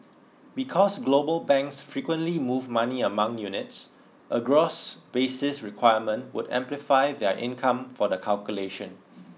because global banks frequently move money among units a gross basis requirement would amplify their income for the calculation